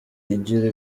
igira